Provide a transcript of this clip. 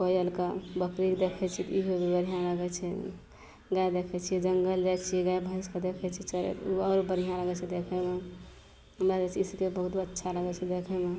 कोयलके आओर बकरीके देखै छिए तऽ इहो जे बढ़िआँ लगै छै गाइ देखै छिए जङ्गल जाइ छिए गाइ भैँसके देखै छिए चरैत ओ आओर बढ़िआँ लगै छै देखैमे हमरा ईसबके बहुत अच्छा लगै छै देखैमे